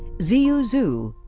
zeyu xu,